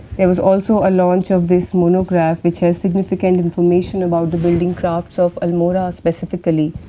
there was also a launch of this monograph, which has significant information about the building crafts of almora specifically.